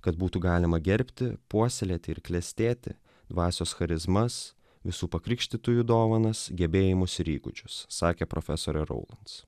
kad būtų galima gerbti puoselėti ir klestėti dvasios charizmas visų pakrikštytųjų dovanas gebėjimus ir įgūdžius sakė profesorė raulas